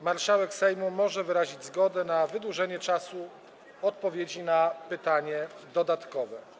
Marszałek Sejmu może wyrazić zgodę na wydłużenie czasu odpowiedzi na pytanie dodatkowe.